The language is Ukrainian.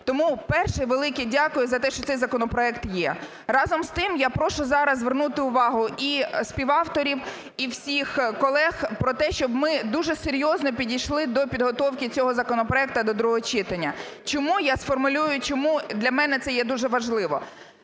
Тому, по-перше, велике дякую за те, що цей законопроект є. Разом з тим, я прошу зараз звернути увагу і співавторів, і всіх колег про те, щоб ми дуже серйозно підійшли до підготовки цього законопроекту до другого читання. Чому, я сформулюю, чому для мене це є дуже важливо.